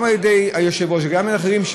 גם על ידי היושב-ראש וגם על ידי אחרים,